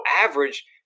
average